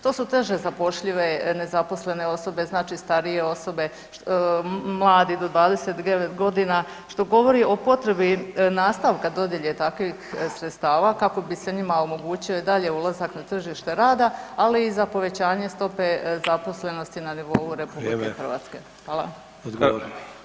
To su teže zapošljive nezaposlene osobe, znači starije osobe, mladi do 29 godina što govori o potrebi nastavka dodjele takvih sredstava kako bi se njima omogućio i dalje ulazak na tržište rada, ali i za povećanje stope zaposlenosti na nivou Republike Hrvatske.